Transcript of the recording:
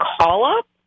call-up